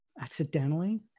accidentally